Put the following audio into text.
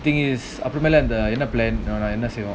so the thing is என்ன:enna plan என்னசெய்வோம்:enna seivom